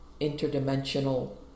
interdimensional